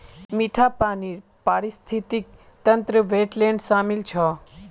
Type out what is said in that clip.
मीठा पानीर पारिस्थितिक तंत्रत वेट्लैन्ड शामिल छ